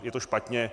Je to špatně.